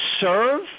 serve